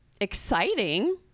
exciting